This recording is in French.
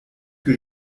que